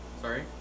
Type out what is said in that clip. Sorry